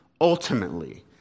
ultimately